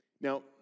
Now